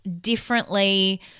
differently